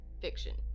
fiction